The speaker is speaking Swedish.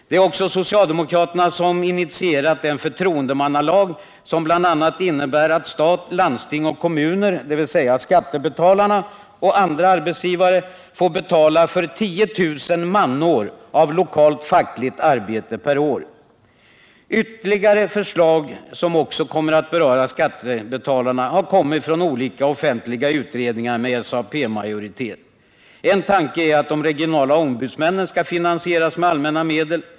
Det är också socialdemokraterna som har initierat den förtroendemannalag som bl.a. innebär att stat, landsting och kommuner, dvs. skattebetalarna, och andra arbetsgivare får betala för 10 000 manår av lokalt fackligt arbete per år. Ytterligare förslag, som också de kommer att beröra skattebetalarna, har kommit från olika offentliga utredningar med SAP-majoritet. En tanke är att de regionala ombudsmännen skall finansieras med allmänna medel.